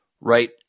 right